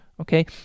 Okay